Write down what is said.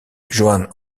johann